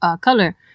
Color